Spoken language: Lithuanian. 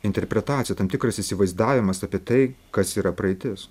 interpretacija tam tikras įsivaizdavimas apie tai kas yra praeitis